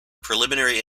preliminary